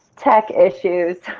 tech issues.